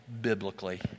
biblically